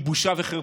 היא בושה וחרפה.